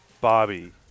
Bobby